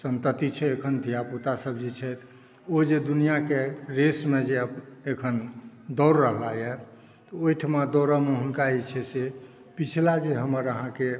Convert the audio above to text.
संतति छै धिया पुतासभ जे छथि ओ जे दुनिऑंके रेसमे जे अखन दौड़ रहला यऽ ओहिठमा दौड़ऽ मे हुनका जे छै पिछला जे हमर अहाँके